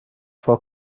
پاک